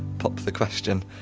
pop the question.